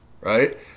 right